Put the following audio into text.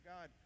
God